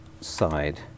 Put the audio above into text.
side